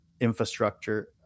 infrastructure